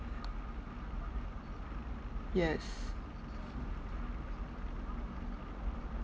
yes